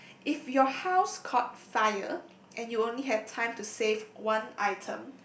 if your house caught fire and you only have time to save one item